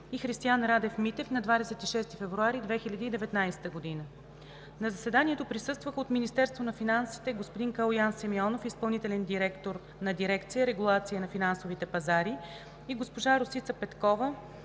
и Христиан Радев Митев на 26 февруари 2019 г. На заседанието присъстваха – от Министерството на финансите: господин Калоян Симеонов – и.д. „директор“ на дирекция „Регулация на финансовите пазари“, и госпожа Росица Петкова